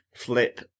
Flip